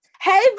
Hey